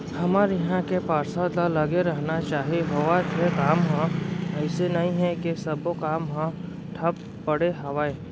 हमर इहाँ के पार्षद ल लगे रहना चाहीं होवत हे काम ह अइसे नई हे के सब्बो काम ह ठप पड़े हवय